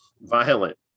violent